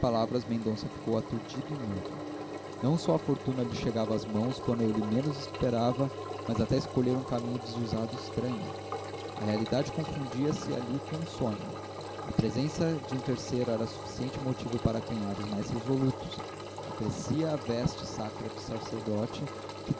palavras mendonça ficou aturdido e mudo não só a fortuna lhe chegava às mãos quando ele menos esperava mas até escolhera um caminho desusado e estranho a realidade confundia-se ali com o sonho a presença de um terceiro era suficiente motivo para acanhar os mais resolutos acrescia a veste sacra do sacerdote que